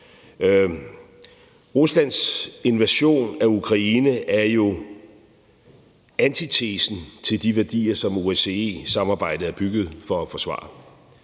Ruslands invasion af Ukraine er jo antitesen til de værdier, som OSCE-samarbejdet er bygget for at forsvare,